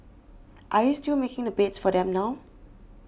are you still making the beds for them now